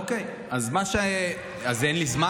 אוקיי, אז אין לי זמן?